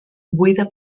buida